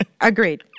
agreed